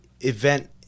event